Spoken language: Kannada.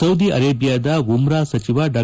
ಸೌದಿ ಅರೆಬಿಯಾದ ಉಮ್ರಾ ಸಚಿವ ಡಾ